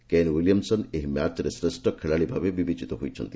କେନ୍ Williamson ଏହି ମ୍ୟାଚରେ ଶ୍ରେଷ୍ଠ ଖେଳାଳିଭାବେ ବିବେଚିତ ହୋଇଛନ୍ତି